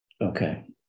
Okay